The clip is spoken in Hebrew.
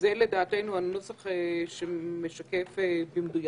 זה לדעתנו הנוסח שמשקף במדויק